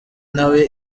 nawe